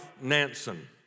Nansen